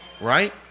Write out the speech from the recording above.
right